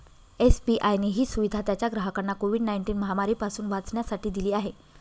SBI ने ही सुविधा त्याच्या ग्राहकांना कोविड नाईनटिन महामारी पासून वाचण्यासाठी दिली आहे